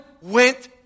went